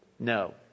No